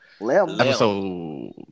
episode